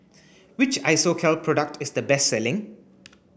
which Isocal product is the best selling